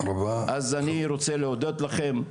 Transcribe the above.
אני רוצה להודות לכם,